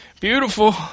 Beautiful